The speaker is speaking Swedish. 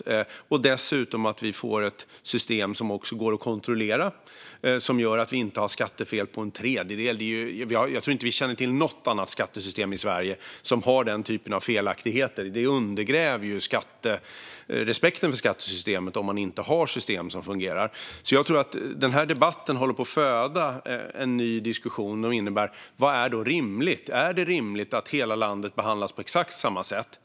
Det gäller dessutom att vi får ett system som går att kontrollera och som gör att vi inte har skattefel på en tredjedel. Jag tror inte att vi känner till något annat skattesystem i Sverige som har den typen av felaktigheter. Det undergräver respekten för skattesystemet om man inte har system som fungerar. Den här debatten håller på att föda en ny diskussion. Vad är rimligt? Är det rimligt att hela landet behandlas på exakt samma sätt?